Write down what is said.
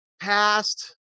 past